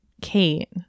Kate